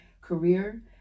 career